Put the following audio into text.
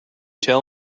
tell